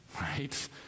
right